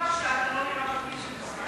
שאתה לא נראה בגיל שלך.